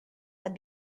had